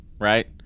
right